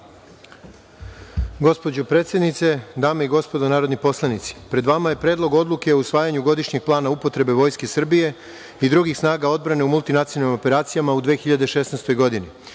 Gospođo predsednice, dame i gospodo narodni poslanici, pred vama je Predlog odluke o usvajanju godišnjeg plana upotrebe Vojske Srbije i drugih snaga odbrane u multinacionalnim operacijama u 2016. godini